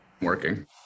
working